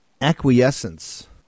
acquiescence